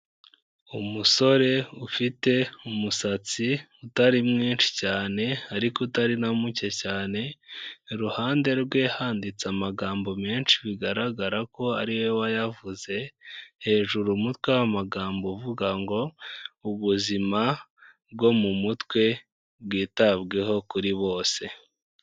Umusore ufite umusatsi utari mwinshi cyane ariko utari na muke cyane, iruhande rwe handitse amagambo menshi bigaragara ko ari we wayavuze. Hejuru umutwe w' amagambo uvuga ngo ubuzima bwo mu mutwe bwitabweho kuri bose.